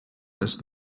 ist